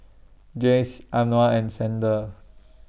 Jayce Anwar and Xander